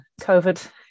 COVID